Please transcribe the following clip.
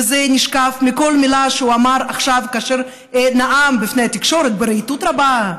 וזה נשקף מכל מילה שהוא אמר עכשיו כאשר נאם בפני התקשורת ברהיטות רבה,